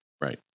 Right